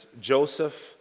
Joseph